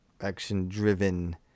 action-driven